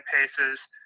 Pace's